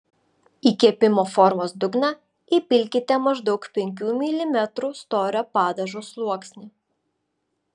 į kepimo formos dugną įpilkite maždaug penkių milimetrų storio padažo sluoksnį